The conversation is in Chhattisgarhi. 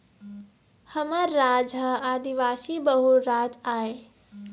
हमर राज ह आदिवासी बहुल राज आय